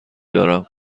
دارم